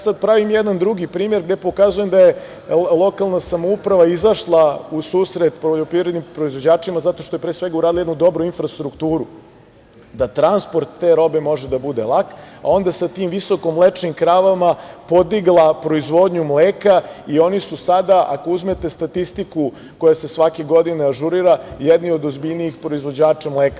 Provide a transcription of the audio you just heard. Sada pravim jedan drugi primer, gde pokazujem da je lokalna samouprava izašla u susret poljoprivrednim proizvođačima zato što je pre svega uradila jednu dobru infrastrukturu da transport te robe može da bude lak, a onda sa tim visokomlečnim kravama podigla proizvodnju mleka i oni su sada, ako uzmete statistiku koja se svake godine ažurira, jedni od ozbiljnijih proizvođača mleka.